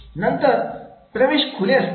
नंतर प्रवेश खुले असतील